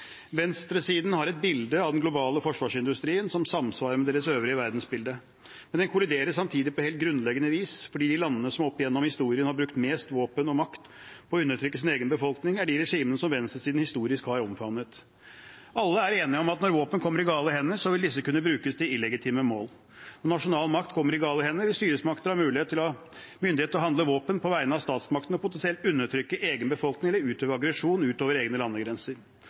Venstresiden har et bilde av den globale forsvarsindustrien som samsvarer med deres øvrige verdensbilde. Men den kolliderer samtidig på helt grunnleggende vis, for de landene som opp gjennom historien har brukt mest våpen og makt på å undertrykke sin egen befolkning, er de regimene som venstresiden historisk har omfavnet. Alle er enige om at når våpen kommer i gale hender, vil disse kunne brukes til illegitime mål. Når nasjonal makt kommer i gale hender, vil styresmakter ha myndighet til å handle våpen på vegne av statsmaktene og potensielt undertrykke egen befolkning eller utøve aggresjon utover egne landegrenser.